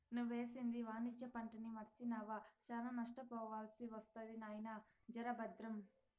నువ్వేసింది వాణిజ్య పంటని మర్సినావా, శానా నష్టపోవాల్సి ఒస్తది నాయినా, జర బద్రం